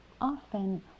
Often